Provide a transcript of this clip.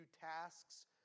tasks